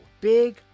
Big